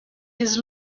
his